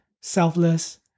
selfless